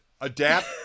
adapt